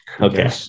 Okay